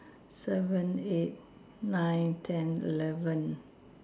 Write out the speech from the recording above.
seven eight nine ten eleven